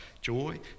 joy